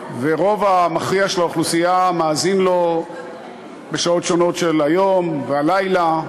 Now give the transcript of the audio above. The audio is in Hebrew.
והרוב המכריע של האוכלוסייה מאזין לו בשעות שונות של היום והלילה.